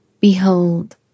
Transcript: Behold